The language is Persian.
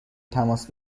تماس